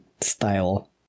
style